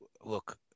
look